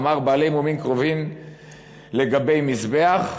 יאמרו בעלי מומין קריבין לגבי מזבח,